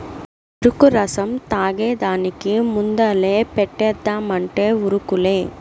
చెరుకు రసం తాగేదానికి ముందలే పంటేద్దామంటే ఉరుకులే